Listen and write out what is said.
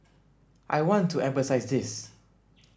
I want to emphasise this